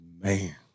Man